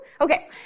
Okay